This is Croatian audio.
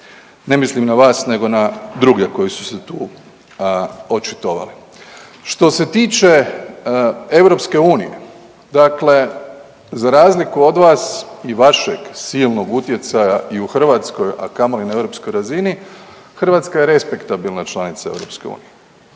Ne mislim na vas, nego na druge koji su se tu očitovali. Što se tiče EU, dakle za razliku od vas i vašeg silnog utjecaja i u Hrvatskoj, a kamoli na europskoj razini, Hrvatska je respektabilna članica EU.